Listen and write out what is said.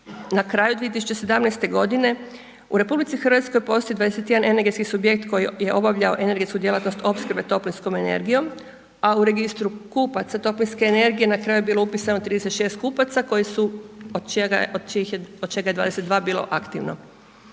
Na kraju 2017.g. u RH postoji 21 energetski subjekt koji je obavljao energetsku djelatnost opskrbe toplinskom energijom, a u registru kupaca toplinske energije na kraju je bilo upisano 36 kupaca od čega je 22 bilo aktivno,